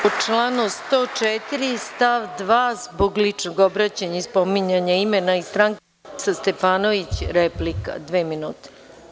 Po članu 104. stav 2. zbog ličnog obraćanja i spominjanja imena i stranke, Borislav Stefanović, replika, dve minute.